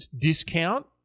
discount